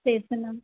तेच ना